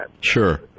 Sure